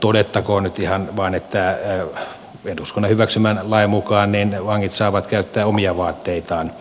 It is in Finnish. todettakoon nyt ihan vain että eduskunnan hyväksymän lain mukaan vangit saavat käyttää omia vaatteitaan